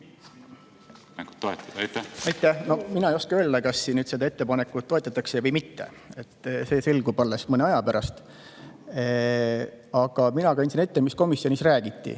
mina ei oska öelda, kas seda ettepanekut toetatakse või mitte. See selgub alles mõne aja pärast. Mina kandsin ette, mis komisjonis räägiti.